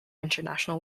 international